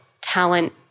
talent